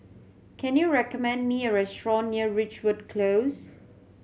can you recommend me a restaurant near Ridgewood Close